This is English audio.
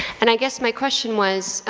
and i guess my question was,